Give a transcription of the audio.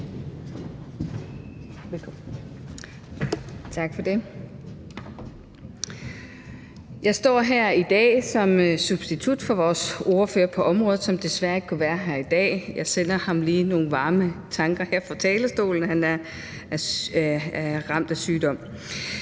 Jeg står her i dag som substitut for vores ordfører på området, som desværre ikke kunne være her i dag. Jeg sender ham lige nogle varme tanker her fra talerstolen. Han er ramt af sygdom.